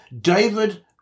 David